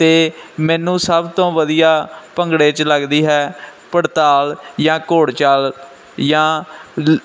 ਅਤੇ ਮੈਨੂੰ ਸਭ ਤੋਂ ਵਧੀਆ ਭੰਗੜੇ 'ਚ ਲੱਗਦੀ ਹੈ ਪੜਤਾਲ ਜਾਂ ਘੋੜ ਚਾਲ ਜਾਂ ਲ